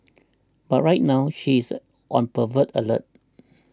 but right now she is on pervert alert